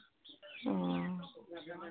ओऽ